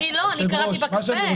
אני לא, אני קראתי בקפה.